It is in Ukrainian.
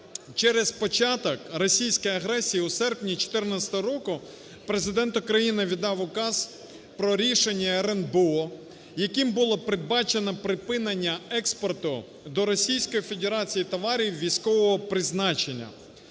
Через початок російської агресії у серпні 2014 року Президент України віддав указ про рішення РНБО, яким було передбачено припинення експорту до Російської Федерації товарів військового призначення.